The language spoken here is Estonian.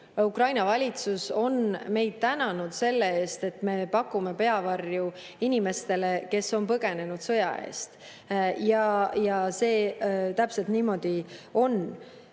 Ukraina valitsus on meid tänanud selle eest, et me pakume peavarju inimestele, kes on põgenenud sõja eest. See täpselt niimoodi on.